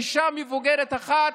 אישה מבוגרת אחת,